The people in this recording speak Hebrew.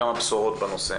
כמה בשורות בנושא.